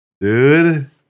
Dude